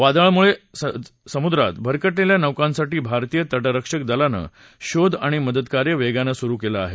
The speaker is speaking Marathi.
वादळामुळे समुद्रात भरकटलेल्या नौकांसाठी भारतीय तटरक्षक दलानं शोध आणि मदतकार्य वेगानं सुरू केलं आहे